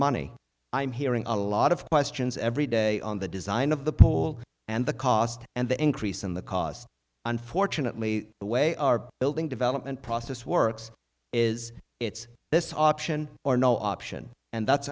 money i'm hearing a lot of questions every day on the design of the poll and the cost and the increase in the cost unfortunately the way our building development process works is it's this option or no option and that's